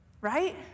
Right